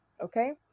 okay